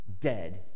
dead